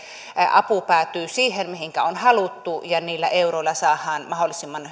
apu päätyy siihen mihinkä on haluttu ja miten niillä euroilla saadaan mahdollisimman